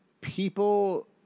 People